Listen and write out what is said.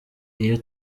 iyo